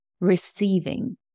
receiving